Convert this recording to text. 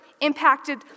impacted